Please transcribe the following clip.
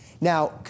Now